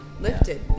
lifted